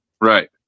Right